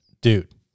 dude